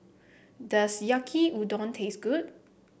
does Yaki Udon taste good